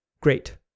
great